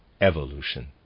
evolution